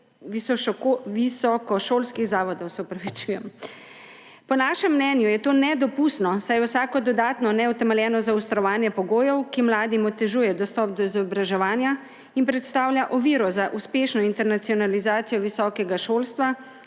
visokošolskih zavodov. Po našem mnenju je to nedopustno, saj je vsako dodatno neutemeljeno zaostrovanje pogojev, ki mladim otežuje dostop do izobraževanja in predstavlja oviro za uspešno internacionalizacijo visokega šolstva,